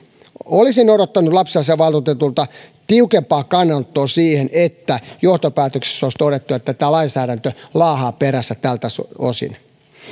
olisin odottanut lapsiasiainvaltuutetulta tiukempaa kannanottoa siihen niin että johtopäätöksissä olisi todettu että tämä lainsäädäntö laahaa perässä tältä osin